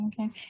okay